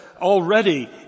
already